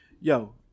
Yo